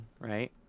right